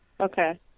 Okay